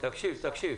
תקשיב.